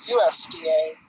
USDA